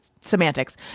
semantics